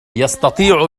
يستطيع